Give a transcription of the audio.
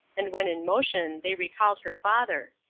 and when in motion they recalled her father.